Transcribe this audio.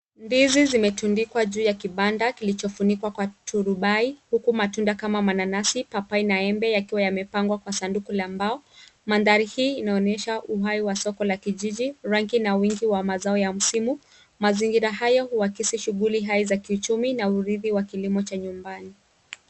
Ndizi zimetundikwa juu ya kibanda kilichofunikwa kwa turubai, huku matunda kama mananasi, papai na embe yakiwa yamepangwa kwa sanduku ya mbao. Mandhari hii inaonyesha uhai wa soko la kijiji, rangi na wingi wa mazao ya msimu. Mazingira haya huwakisi shughuli hai za kiuchumi na urithi wa kilimo cha nyumbani.